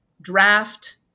draft